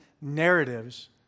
narratives